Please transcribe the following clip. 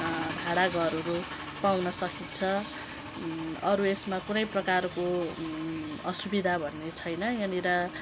भाडा घरहरू पाउन सकिन्छ अरू यसमा कुनै प्रकारको असुविधा भन्ने छैन यहाँनेर